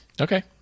Okay